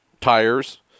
Tires